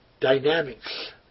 Dynamics